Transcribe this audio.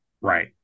Right